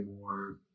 more